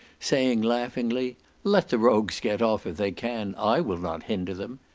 saying laughingly let the rogues get off, if they can i will not hinder them.